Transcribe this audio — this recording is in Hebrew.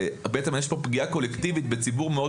בעצם יש פה פגיעה קולקטיבית בציבור מאוד